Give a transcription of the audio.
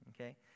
okay